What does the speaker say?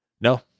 No